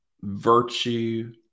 virtue